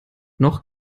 noch